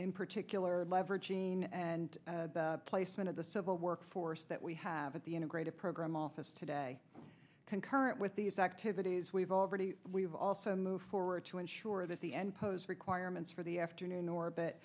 in particular lever gene and placement of the civil workforce that we have at the integrated program office today concurrent with these activities we've already we've also moved forward to ensure that the end pose requirements for the afternoon orbit